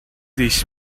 this